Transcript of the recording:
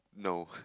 no